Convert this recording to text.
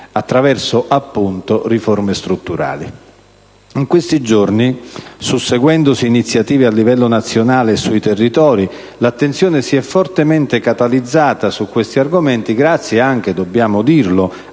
attraverso, appunto, riforme strutturali. In questi giorni, susseguendosi iniziative a livello nazionale e sui territori, l'attenzione si è fortemente catalizzata su questi argomenti, grazie anche - dobbiamo dirlo